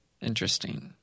Interesting